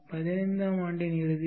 பதினைந்தாம் ஆண்டின் இறுதியில்